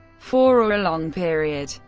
for a long period,